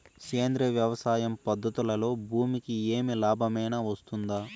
సేంద్రియ వ్యవసాయం పద్ధతులలో భూమికి ఏమి లాభమేనా వస్తుంది?